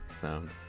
sound